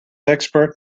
expert